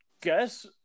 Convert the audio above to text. guess